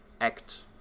act